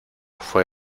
fue